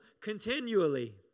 continually